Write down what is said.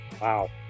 Wow